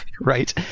right